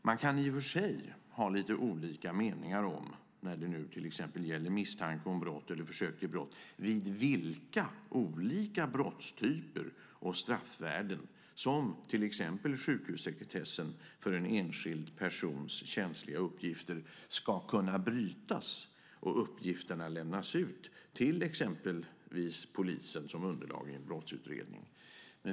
Man kan i och för sig ha lite olika meningar om - när det till exempel gäller misstanke om brott eller försök till brott - vid vilka olika brottstyper och straffvärden som till exempel sjukhussekretessen för en enskild persons känsliga uppgifter ska kunna brytas och uppgifterna lämnas ut till exempelvis polisen som underlag i en brottsutredning.